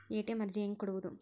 ATM ಅರ್ಜಿ ಹೆಂಗೆ ಕೊಡುವುದು?